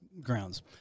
grounds